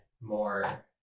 more